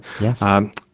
Yes